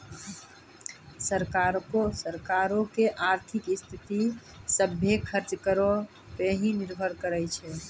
सरकारो के आर्थिक स्थिति, सभ्भे खर्च करो पे ही निर्भर करै छै